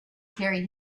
carry